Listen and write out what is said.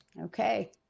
Okay